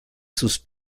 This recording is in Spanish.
sus